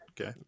Okay